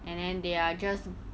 and then they are just